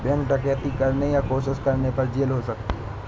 bank डकैती करने या कोशिश करने पर जेल हो सकती है